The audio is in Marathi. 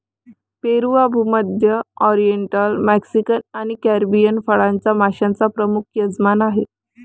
पेरू हा भूमध्य, ओरिएंटल, मेक्सिकन आणि कॅरिबियन फळांच्या माश्यांचा प्रमुख यजमान आहे